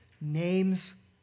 name's